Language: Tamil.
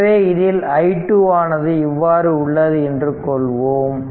எனவே இதில் i2 ஆனது இவ்வாறு உள்ளது என்று எடுத்துக் கொள்வோம்